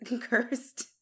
cursed